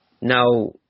now